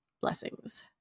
Blessings